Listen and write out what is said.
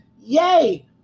Yay